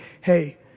hey